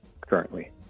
currently